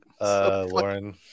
Lauren